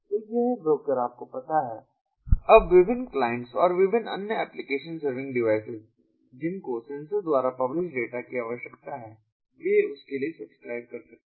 तो यह ब्रोकर आपको पता है अब विभिन्न क्लाइंट्स और विभिन्न अन्य एप्लिकेशन सर्विंग डिवाइसेज जिनको सेंसर द्वारा पब्लिश्ड डाटा की आवश्यकता है वे उसके लिए सब्सक्राइब कर सकते हैं